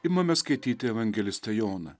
imame skaityti evangelistą joną